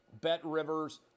BetRivers